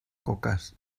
coques